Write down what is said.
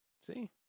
See